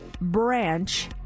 branch